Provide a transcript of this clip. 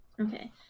Okay